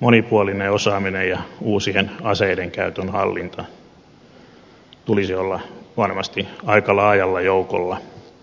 monipuolisen osaamisen ja uusien aseiden käytön hallinnan tulisi olla varmasti aika laajalla joukolla